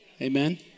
amen